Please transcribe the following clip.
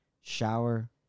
shower